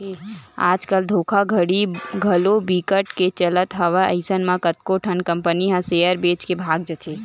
आज कल धोखाघड़ी घलो बिकट के चलत हवय अइसन म कतको ठन कंपनी ह सेयर बेच के भगा जाथे